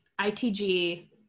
ITG